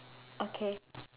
okay